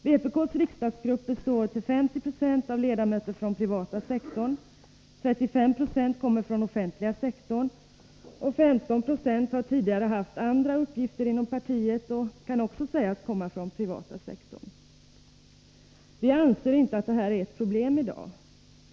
Vpk:s riksdagsgrupp består till 50 96 av ledamöter från privata sektorn, 35 Io kommer från offentliga sektorn och 15 96 har tidigare haft andra uppgifter inom partiet och kan också sägas komma från den privata sektorn. Vi anser inte att detta är ett problem i dag.